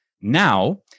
Now